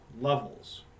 levels